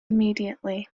immediately